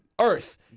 Earth